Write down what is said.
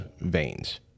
veins